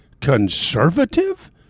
conservative